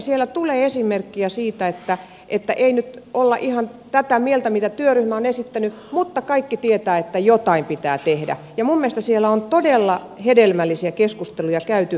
siellä tulee esimerkkiä siitä että ei nyt olla ihan tätä mieltä mitä työryhmä on esittänyt mutta kaikki tietävät että jotain pitää tehdä ja minun mielestäni siellä on todella hedelmällisiä keskusteluja käyty